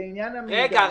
לעניין המידע --- רגע,